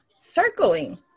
circling